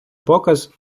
показ